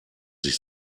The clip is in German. sich